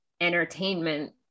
entertainment